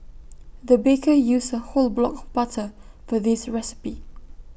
the baker used A whole block of butter for this recipe